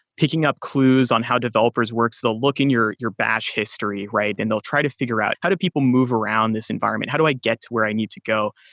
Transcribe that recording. picking up clues on how developers works. they'll look in your your batch history and they'll try to figure out how do people move around this environment. how do i get where i need to go?